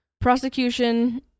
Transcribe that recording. Prosecution